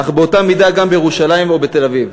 אך באותה מידה גם בירושלים ובתל-אביב.